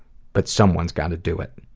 but someone's gotta do it.